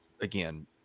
again